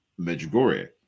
Medjugorje